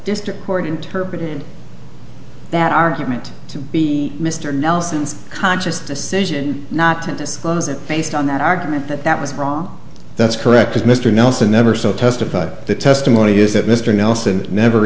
district court interpreted that argument to be mr nelson's conscious decision not to disclose it based on that argument that that was wrong that's correct as mr nelson never so testified the testimony is that mr nelson never